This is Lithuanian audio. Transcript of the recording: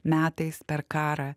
metais per karą